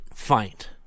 fight